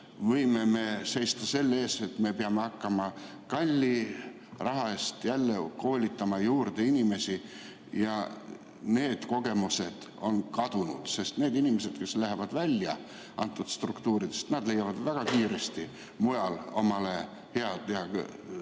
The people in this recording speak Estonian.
võime seista selle ees, et me peame hakkama kalli raha eest jälle inimesi juurde koolitama. Kogemused on kadunud, sest need inimesed, kes lähevad välja antud struktuuridest, leiavad väga kiiresti mujal hea ja